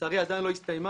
שלצערי עד היום לא הסתיימה,